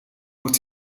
moet